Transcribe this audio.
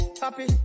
happy